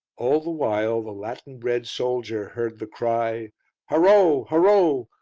all the while the latin-bred soldier heard the cry harow! harow!